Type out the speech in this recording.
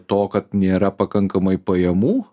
to kad nėra pakankamai pajamų